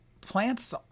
plants